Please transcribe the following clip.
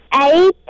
Eight